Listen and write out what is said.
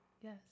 Yes